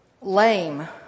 lame